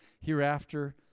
hereafter